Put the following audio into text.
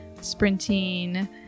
sprinting